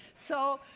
so,